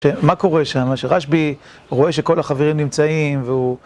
מה קורה שם? מה שרשב"י רואה שכל החברים נמצאים והוא...